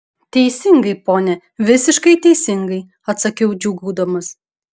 teisingai pone visiškai teisingai atsakiau džiūgaudamas